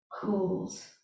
cools